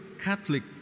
Catholic